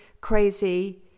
crazy